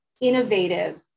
innovative